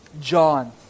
John